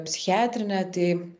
psichiatrinę tai